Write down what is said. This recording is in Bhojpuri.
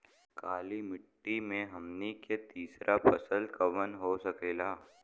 काली मिट्टी में हमनी के तीसरा फसल कवन हो सकेला?